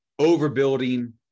overbuilding